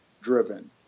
driven